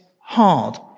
hard